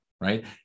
right